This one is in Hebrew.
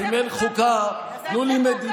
אז אם אין חוקה, תנו לי מדינה